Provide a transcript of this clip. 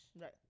Right